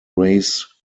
race